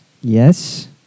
yes